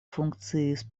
funkciis